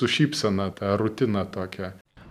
su šypsena tą rutiną tokią